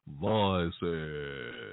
voices